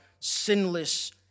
sinless